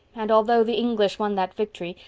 and although the english won that victory,